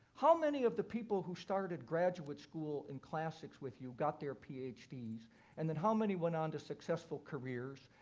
how many of the people who started graduate school in classics with you got their ph d and how many went on to successful careers?